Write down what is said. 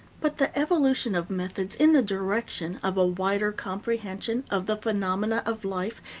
but the evolution of methods in the direction of a wider comprehension of the phenomena of life,